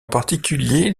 particulier